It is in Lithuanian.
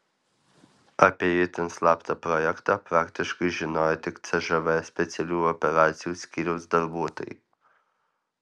apie itin slaptą projektą praktiškai žinojo tik cžv specialiųjų operacijų skyriaus darbuotojai